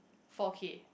four K